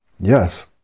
yes